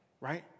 right